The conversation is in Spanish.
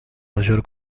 mayor